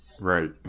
Right